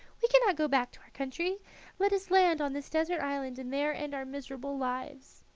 we cannot go back to our country let us land on this desert island and there end our miserable lives.